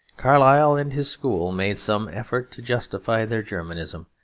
carlyle and his school made some effort to justify their germanism,